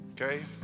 Okay